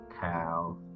cow